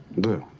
the